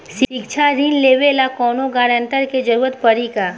शिक्षा ऋण लेवेला कौनों गारंटर के जरुरत पड़ी का?